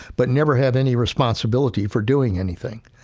but never have any responsibility for doing anything.